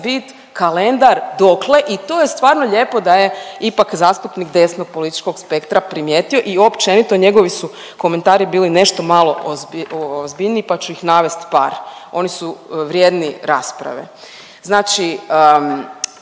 bit kalendar dokle i to je stvarno lijepo da je ipak zastupnik desnog političkog spektra primijetio i općenito njegovi su komentari bili nešto malo ozbiljniji, pa ću ih navest par, oni su vrijedni rasprave. Znači